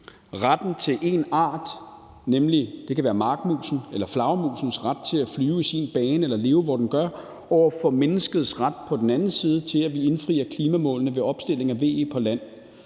den ene side én arts ret – det kan være markmusen eller flagermusens ret til at flyve i sin bane eller leve, hvor den gør – over for på den anden side menneskets ret til, at vi indfrier klimamålene ved opstilling af VE på land.